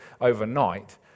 overnight